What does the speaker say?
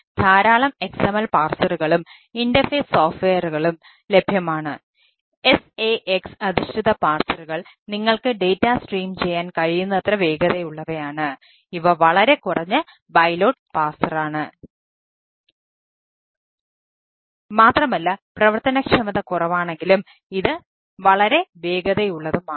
XML parser മാത്രമല്ല പ്രവർത്തനക്ഷമത കുറവാണെങ്കിലും ഇത് വളരെ വേഗതയുള്ളതുമാണ്